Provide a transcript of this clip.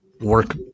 work